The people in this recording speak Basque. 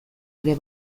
ere